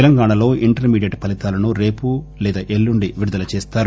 తెలంగణాలో intermediate ఫలితాలను రేపు లేదా ఎల్లుండి విడుదల చేస్తారు